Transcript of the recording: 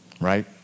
right